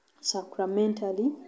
sacramentally